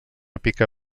pica